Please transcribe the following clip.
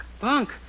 Bunk